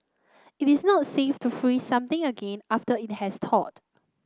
it is not safe to freeze something again after it has thawed